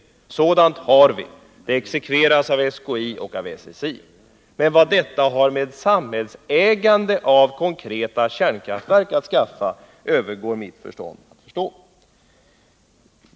Sådant inflytande har vi; det utövas av SKI och av SSI. Men vad detta har med samhällsägande av konkreta kärnkraftverk att skaffa övergår mitt förstånd.